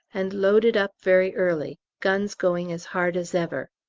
and loaded up very early guns going as hard as ever.